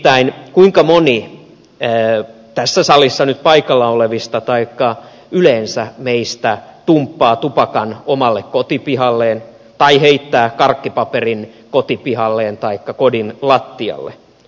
nimittäin kuinka moni tässä salissa nyt paikalla olevista taikka yleensä meistä tumppaa tupakan omalle kotipihalleen tai heittää karkkipaperin kotipihalleen taikka kodin lattialle